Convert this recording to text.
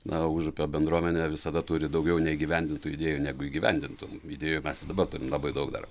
na užupio bendruomenė visada turi daugiau neįgyvendintų idėjų negu įgyvendintų idėjų mes dabar turim labai daug dar